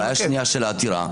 הבעיה השנייה של העתירה,